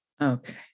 Okay